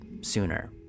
sooner